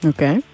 Okay